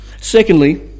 Secondly